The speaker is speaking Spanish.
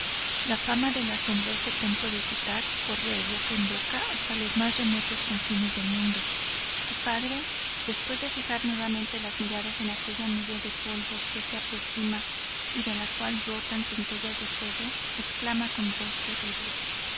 la fama del asombroso templo de cutac corre de boca en boca hasta los mas remotos confines del mundo tu padre después de fijar nuevamente las miradas en aquella nube de polvo que se aproxima y de la cual brotan centellas de fuego exclama con voz terrible